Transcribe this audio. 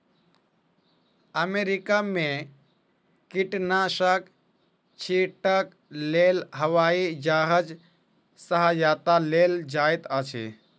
America में कीटनाशक छीटक लेल हवाई जहाजक सहायता लेल जाइत अछि